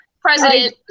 President